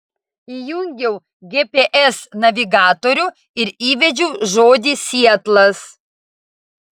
įjungiau gps navigatorių ir įvedžiau žodį sietlas